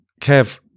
Kev